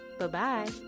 Bye-bye